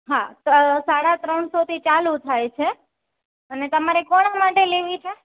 હા સાડા ત્રણસોથી ચાલુ થાય છે અને તમારે કોના માટે લેવી છે